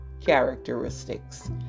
characteristics